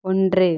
ஒன்று